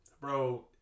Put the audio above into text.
bro